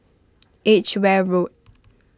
Edgeware Road